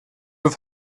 have